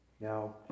Now